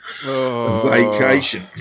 vacation